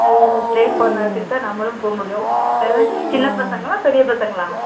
அதாங்க டிரெயின் போகிற நேரத்துக்குதான் நம்மளும் போக முடியும் வேற சின்ன பசங்களா பெரிய பசங்களா